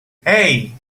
hey